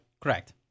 Correct